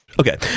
Okay